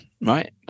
right